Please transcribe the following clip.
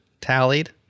tallied